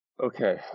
Okay